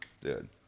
dude